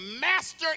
master